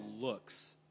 looks